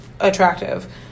attractive